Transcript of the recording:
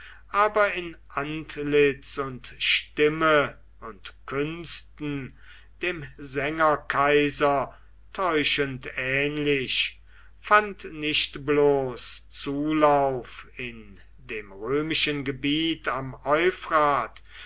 aber in antlitz und stimme und künsten dem sängerkaiser täuschend ähnlich fand nicht bloß zulauf in dem römischen gebiet am